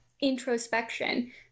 introspection